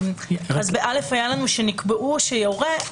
היה לנו שנקבעו ושיורה.